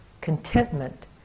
contentment